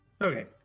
Okay